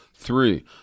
Three